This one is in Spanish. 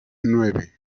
nueve